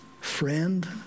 Friend